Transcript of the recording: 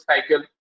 cycle